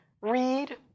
read